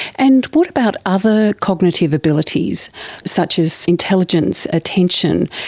and what about other cognitive abilities such as intelligence, attention?